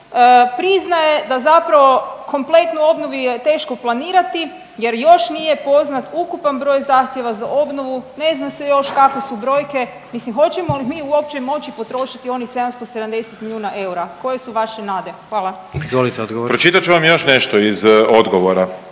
priznaje da zapravo kompletnu obnovu je teško planirati jer još nije poznat ukupan broj zahtjeva za obnovu, ne zna se još kakve su brojke. Mislim hoćemo li mi uopće moći potrošiti onih 770 milijuna eura? Koje su vaše nade? Hvala. **Jandroković, Gordan (HDZ)** Izvolite odgovor.